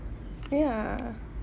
ya